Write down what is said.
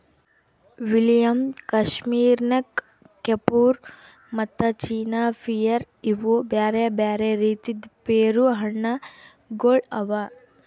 William, Kashmir ನಕ್, Kieffer ಮತ್ತ China pear ಇವು ಬ್ಯಾರೆ ಬ್ಯಾರೆ ರೀತಿದ್ ಪೇರು ಹಣ್ಣ ಗೊಳ್ ಅವಾ